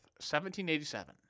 1787